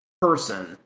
person